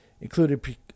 included